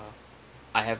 I have